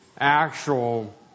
actual